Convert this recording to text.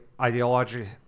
ideology